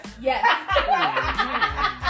yes